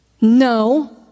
No